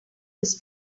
this